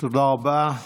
תודה רבה.